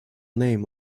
name